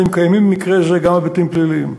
האם קיימים במקרה זה גם היבטים פליליים.